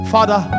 Father